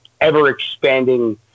ever-expanding